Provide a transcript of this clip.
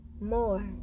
more